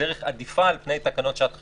כדרך עדיפה על פני תקנות שעת חירום.